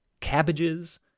cabbages